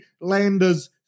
Landers